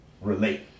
relate